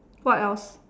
what else